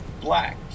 black